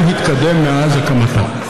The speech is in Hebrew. מה התקדם מאז הקמתה?